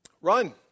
run